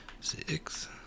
six